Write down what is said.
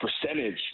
percentage